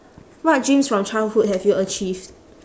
what dreams from childhood have you achieved